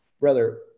brother